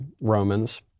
Romans